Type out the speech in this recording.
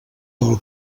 del